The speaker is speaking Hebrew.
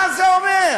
מה זה אומר?